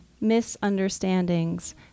misunderstandings